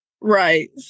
right